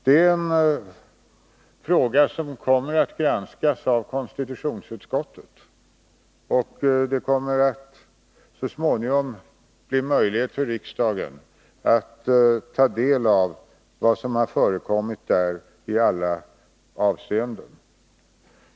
Det är en fråga som kommer att granskas av konstitutionsutskottet, och det kommer att så småningom bli möjligt för riksdagen att ta del av vad som har förekommit där i alla avseenden.